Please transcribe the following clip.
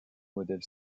modèle